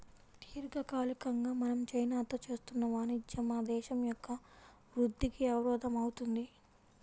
దీర్ఘకాలికంగా మనం చైనాతో చేస్తున్న వాణిజ్యం మన దేశం యొక్క వృద్ధికి అవరోధం అవుతుంది